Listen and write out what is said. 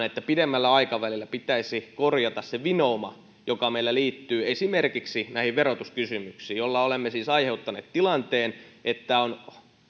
että pidemmällä aikavälillä pitäisi korjata se vinouma joka meillä liittyy esimerkiksi näihin verotuskysymyksiin joilla olemme siis aiheuttaneet tilanteen että on